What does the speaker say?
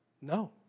no